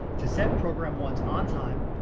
to set program one's on time,